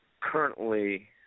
currently